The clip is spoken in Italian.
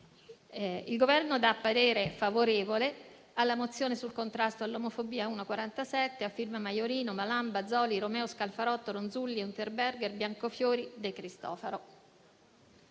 Il Governo esprime parere favorevole sulla mozione sul contrasto all'omofobia n. 47, a firma dei senatori Maiorino, Malan, Bazoli, Romeo, Scalfarotto, Ronzulli, Unterberger, Biancofiore e De Cristofaro.